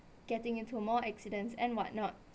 getting into more accidents and whatnot